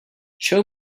show